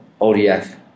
ODF